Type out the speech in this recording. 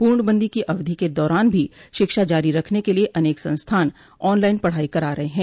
पूर्णबंदी की अवधि के दौरान भी शिक्षा जारी रखने के लिए अनेक संस्थान ऑनलाइन पढ़ाई करा रहे हैं